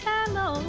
Hello